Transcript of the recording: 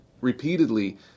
repeatedly